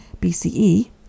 BCE